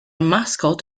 mascot